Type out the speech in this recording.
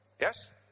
Yes